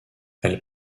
elle